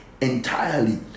entirely